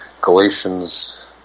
Galatians